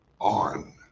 on